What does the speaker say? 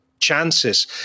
chances